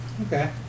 Okay